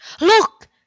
Look